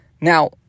Now